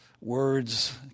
words